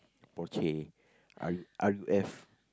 Porsche R~ R_U_F